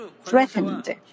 threatened